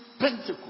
Pentecost